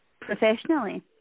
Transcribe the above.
professionally